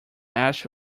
ash